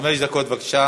חמש דקות, בבקשה.